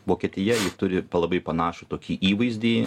vokietija turi pa labai panašų tokį įvaizdį